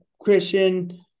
Christian